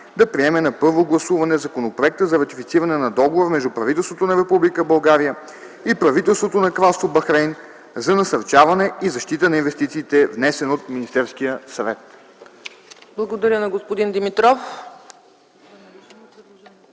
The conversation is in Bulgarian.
да приеме на първо гласуване Законопроекта за ратифициране на Договора между правителството на Република България и правителството на Кралство Бахрейн за насърчаване и защита на инвестициите, внесен от Министерския съвет.”